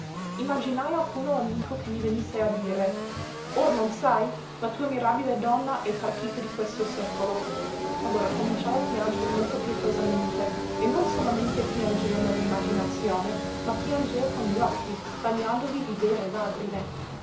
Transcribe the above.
alcuno amico che mi venisse a dire or non sai la tua mirabile donna è partita di questo secolo allora cominciai a piangere molto pietosamente e non solamente piangea ne la imaginazione ma piangea con li occhi bagnandoli di vere lagrime